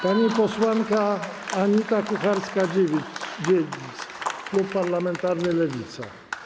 Pani posłanka Anita Kucharska-Dziedzic, klub parlamentarny Lewica.